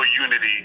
unity